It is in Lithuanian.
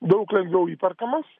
daug labiau įperkamas